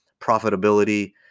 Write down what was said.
profitability